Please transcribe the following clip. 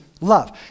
love